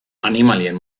animalien